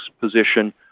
position